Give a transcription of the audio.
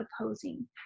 opposing